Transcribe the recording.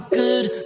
good